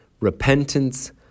repentance